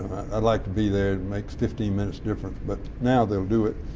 i'd like to be there. it makes fifteen minutes difference, but now they'll do it.